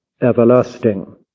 everlasting